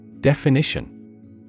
Definition